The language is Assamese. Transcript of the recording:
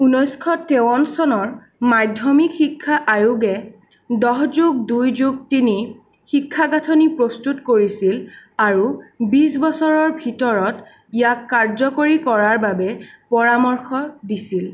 ঊনৈছশ তেৱন্ন চনৰ মাধ্যমিক শিক্ষা আয়োগে দহ যোগ দুই যোগ তিনি শিক্ষা গাঁথনি প্ৰস্তুত কৰিছিল আৰু বিছ বছৰৰ ভিতৰত ইয়াক কাৰ্যকৰী কৰাৰ বাবে পৰামৰ্শ দিছিল